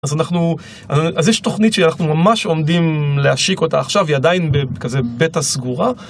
אז אנחנו... אז יש תוכנית שאנחנו ממש עומדים להשיק אותה עכשיו, היא עדיין בבתא סגורה.